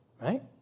right